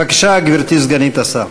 בבקשה, גברתי סגנית השר.